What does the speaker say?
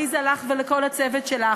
עליזה, לך ולכל הצוות שלך.